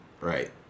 right